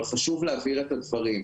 אבל חשוב להבהיר את הדברים,